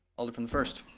alder from the first.